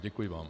Děkuji vám.